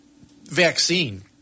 vaccine